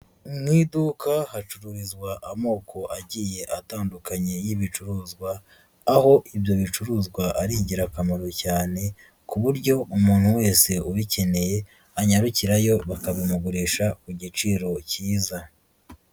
Mu iduka hacururizwa amoko agiye atandukanye y'ibicuruzwa, aho ibyo bicuruzwa ari ingirakamaro cyane ku buryo umuntu wese ubikeneye, anyarukirayo bakabimugurisha ku giciro kiza.